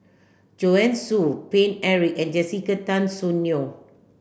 Joanne Soo Paine Eric and Jessica Tan Soon Neo